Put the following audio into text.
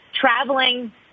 traveling